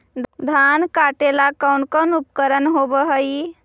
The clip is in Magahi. धान काटेला कौन कौन उपकरण होव हइ?